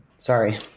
Sorry